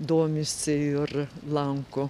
domisi ir lanko